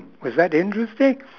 was that interesting